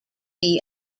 john